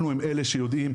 אנחנו אלה שיודעים,